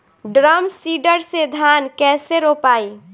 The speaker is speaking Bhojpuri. ड्रम सीडर से धान कैसे रोपाई?